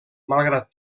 malgrat